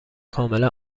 کاملا